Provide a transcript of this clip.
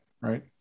Right